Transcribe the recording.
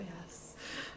yes